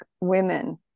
women